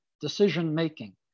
decision-making